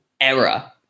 error